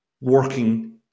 working